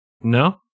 No